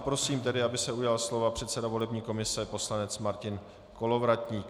Prosím tedy, aby se ujal slova předseda volební komise poslanec Martin Kolovratník.